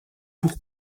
pour